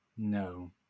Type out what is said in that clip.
No